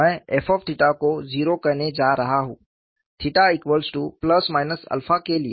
मैं f को zero कहने जा रहा हु के लिए